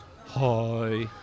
hi